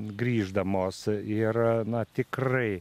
grįždamos ir na tikrai